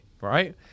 Right